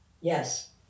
Yes